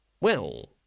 Well